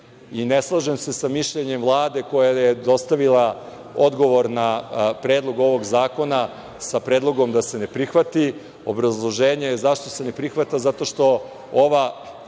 slažem se sa mišljenjem Vlade koja je dostavila odgovor na predlog ovog zakona, sa predlogom da se ne prihvati. Obrazloženje zašto se ne prihvata, zato što ovo